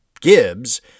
Gibbs